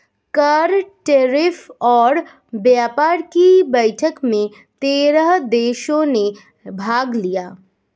कर, टैरिफ और व्यापार कि बैठक में तेरह देशों ने भाग लिया